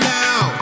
now